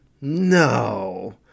No